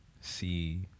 see